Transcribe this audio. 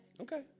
Okay